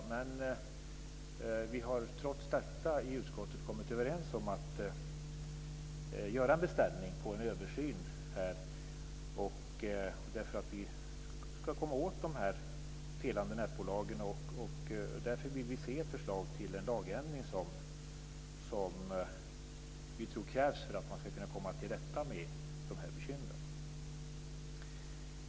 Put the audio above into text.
Trots det har vi i utskottet kommit överens om att göra en beställning på en översyn för att kunna komma åt de felande nätbolagen. Därför vill vi se förslag till den lagändring som vi tror krävs för att man ska kunna komma till rätta med bekymren.